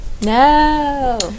No